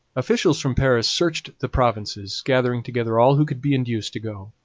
officials from paris searched the provinces, gathering together all who could be induced to go.